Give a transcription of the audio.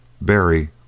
Barry